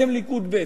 אתם למעשה ליכוד ב'.